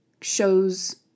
shows